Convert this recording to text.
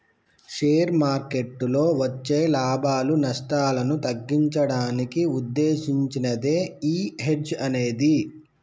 share మార్కెట్టులో వచ్చే లాభాలు, నష్టాలను తగ్గించడానికి వుద్దేశించినదే యీ హెడ్జ్ అనేది